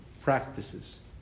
practices